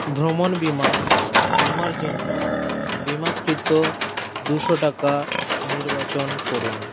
ভ্রমণ বিমা বিমার জন্য বিমাকৃত দুশো টাকা নির্বাচন করুন